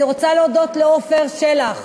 אני רוצה להודות לעפר שלח